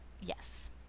Yes